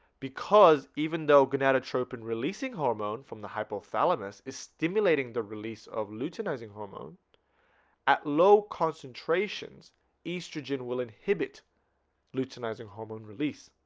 because even though gonadotropin-releasing hormone from the hypothalamus is stimulating the release of luteinizing hormone at low concentrations estrogen will inhibit luteinizing hormone release